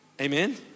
Amen